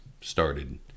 started